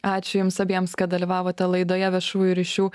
ačiū jums abiems kad dalyvavote laidoje viešųjų ryšių